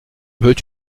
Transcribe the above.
veux